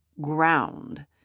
ground